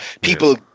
people